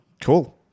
Cool